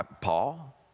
Paul